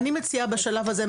אני מציעה בשלב הזה,